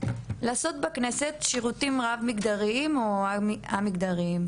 לעשות בכנסת שירותים רב מגדריים או א-מגדריים.